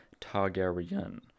Targaryen